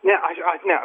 ne aš aš ne